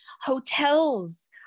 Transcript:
hotels